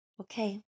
Okay